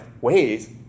ways